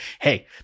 hey